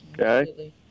Okay